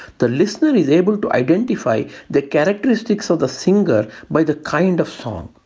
the listener is able to identify the characteristics of the singer by the kind of song.